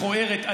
מכוערת,